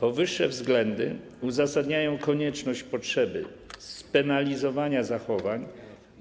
Powyższe względy uzasadniają konieczność, potrzebę spenalizowania zachowań,